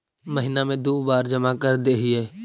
महिना मे दु बार जमा करदेहिय?